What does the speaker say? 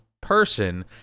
person